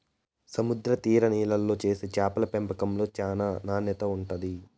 సముద్ర తీర నీళ్ళల్లో చేసే చేపల పెంపకంలో చానా నాణ్యత ఉంటాది